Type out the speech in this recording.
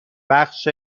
بخش